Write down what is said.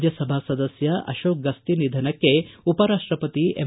ರಾಜ್ಯಸಭಾ ಸದಸ್ತ ಅಶೋಕ್ ಗಸ್ತಿ ನಿಧನಕ್ಕೆ ಉಪರಾಷ್ಟಪತಿ ಎಂ